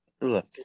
Look